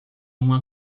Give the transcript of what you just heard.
uma